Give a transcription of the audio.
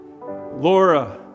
Laura